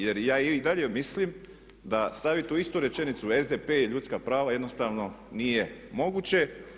Jer ja i dalje mislim da staviti u istu rečenicu SDP i ljudska prava jednostavno nije moguće.